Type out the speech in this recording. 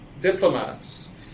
diplomats